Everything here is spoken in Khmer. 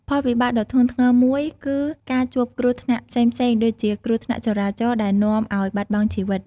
ផលវិបាកដ៏ធ្ងន់ធ្ងរមួយគឺការជួបគ្រោះថ្នាក់ផ្សេងៗដូចជា គ្រោះថ្នាក់ចរាចរណ៍ដែលនាំឱ្យបាត់បង់ជីវិត។